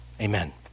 Amen